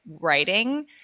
writing